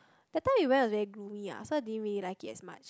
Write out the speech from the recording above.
that time we went it was very gloomy ah so I didn't really like it as much